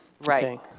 right